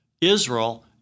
Israel